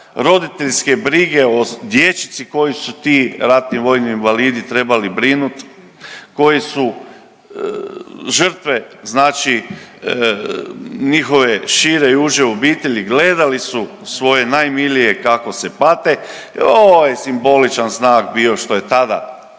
roditeljske brige o dječici koju su ti ratni vojni invalidi trebali brinuti, koji su žrtve znači njihove šire i uže obitelji, gledali su svoje najmilije kako se pate, i ovo je simboličan znak bio što je tada